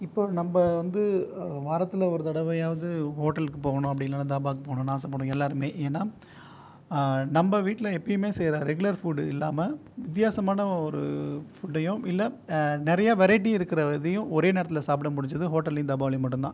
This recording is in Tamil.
இப்போது நம்ம வந்து வாரத்தில் ஒரு தடவையாவது ஹோட்டலுக்கு போகணும் அப்படி இல்லைனா தபாவுக்கு போகணும் ஆசைப்படுவோம் எல்லாேருமே ஏன்னால் நம்ம வீட்டில் எப்பவுமே செய்கிற ரெகுலர் ஃபுட் இல்லாமல் வித்தியாசமான ஒரு ஃபுட்டையும் இல்லை நிறையா வெரைட்டி இருக்கிற இதையும் ஒரே நேரத்தில் சாப்பிட முடிஞ்சது ஹோட்டல்லேயும் தபாலேயும் மட்டும் தான்